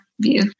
view